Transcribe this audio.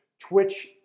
Twitch